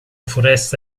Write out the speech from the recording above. foresta